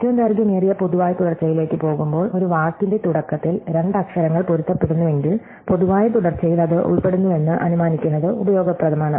ഏറ്റവും ദൈർഘ്യമേറിയ പൊതുവായ തുടർച്ചയിലേക്ക് പോകുമ്പോൾ ഒരു വാക്കിന്റെ തുടക്കത്തിൽ രണ്ട് അക്ഷരങ്ങൾ പൊരുത്തപ്പെടുന്നുവെങ്കിൽ പൊതുവായ തുടർച്ചയിൽ അത് ഉൾപ്പെടുന്നുവെന്ന് അനുമാനിക്കുന്നത് ഉപയോഗപ്രദമാണ്